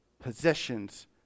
possessions